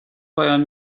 پایان